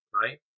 right